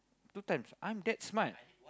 two times I'm that smart